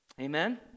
Amen